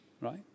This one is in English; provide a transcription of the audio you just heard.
Right